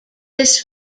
this